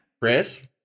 Chris